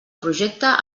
projecte